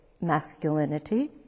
masculinity